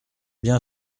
bien